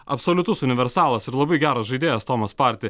absoliutus universalas ir labai geras žaidėjas tomas parti